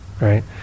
right